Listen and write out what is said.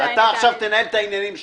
יקירי, אתה עכשיו תנהל את העניינים שלך.